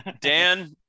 Dan